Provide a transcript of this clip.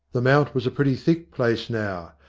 the mount was a pretty thick place now,